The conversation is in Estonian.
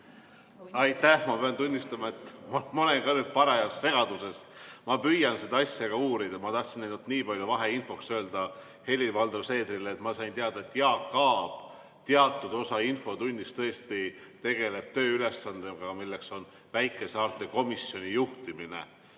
Aitäh! Ma pean tunnistama, et ma olen ka parajas segaduses. Ma püüan seda asja uurida. Ma tahtsin ainult nii palju vaheinfoks öelda Helir-Valdor Seederile, et ma sain teada, et Jaak Aab teatud osa infotunnist tõesti tegeleb tööülesandega, milleks on väikesaarte komisjoni juhtimine.